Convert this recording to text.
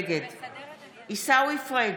נגד עיסאווי פריג'